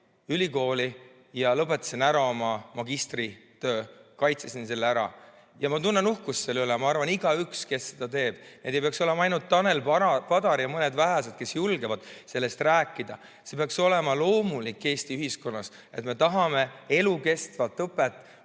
ülikooli ja lõpetasin oma magistritöö, kaitsesin selle ära. Ma tunnen uhkust selle üle, nagu, ma arvan, igaüks, kes seda teeb. Need ei peaks olema ainult Tanel Padar ja mõned vähesed, kes julgevad sellest rääkida. See peaks olema Eesti ühiskonnas loomulik, et me tahame elukestvat õpet,